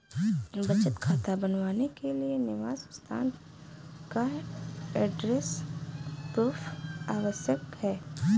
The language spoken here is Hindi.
बचत खाता बनवाने के लिए निवास स्थान का एड्रेस प्रूफ आवश्यक है